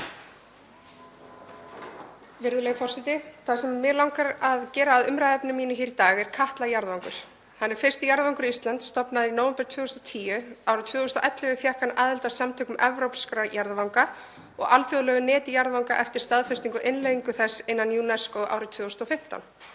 Virðulegur forseti. Það sem mig langar að gera að umræðuefni mínu hér í dag er Katla jarðvangur. Hann er fyrsti jarðvangur Íslands stofnaður í nóvember 2010. Árið 2011 fékk hann aðild að samtökum evrópskra jarðvanga og alþjóðlegu neti jarðvanga eftir staðfestingu á innleiðingu hans innan UNESCO árið 2015.